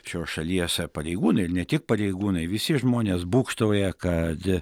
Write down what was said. šios šalies pareigūnai ir ne tik pareigūnai visi žmonės būgštauja kad